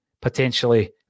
potentially